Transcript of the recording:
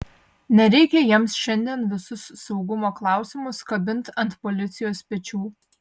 nereikia jiems šiandien visus saugumo klausimus kabint ant policijos pečių